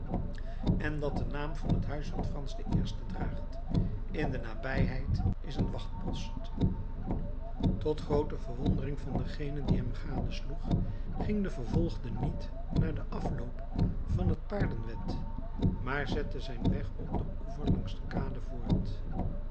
en dat den naam van het huis van frans i draagt in de nabijheid is een wachtpost tot groote verwondering van dengene die hem gadesloeg ging de vervolgde niet naar den afloop van het paardenwed maar zette zijn weg op den oever langs de kade voort